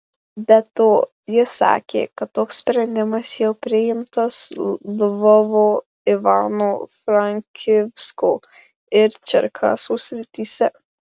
be to jis sakė kad toks sprendimas jau priimtas lvovo ivano frankivsko ir čerkasų srityse